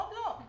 עוד לא.